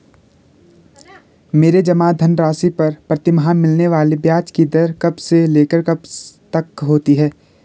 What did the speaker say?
मेरे जमा धन राशि पर प्रतिमाह मिलने वाले ब्याज की दर कब से लेकर कब तक होती है?